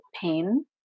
pain